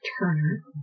turner